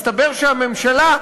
מסתבר שהממשלה,